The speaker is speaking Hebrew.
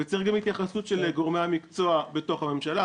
וצריך גם התייחסות של גורמי המקצוע בתוך הממשלה.